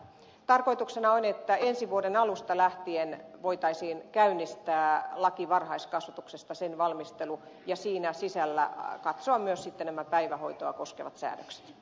tarkoituksena on että ensi vuoden alusta lähtien voitaisiin käynnistää varhaiskasvatuslain valmistelu ja siinä sisällä katsoa myös sitten nämä päivähoitoa koskevat säädökset